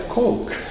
coke